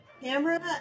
camera